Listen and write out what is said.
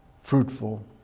fruitful